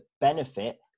benefit